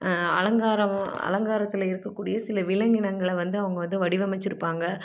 அலங்காரம் அலங்காரத்தில் இருக்கக்கூடிய சில விலங்கினங்களை வந்து அவங்க வந்து வடிவமைத்திருப்பாங்க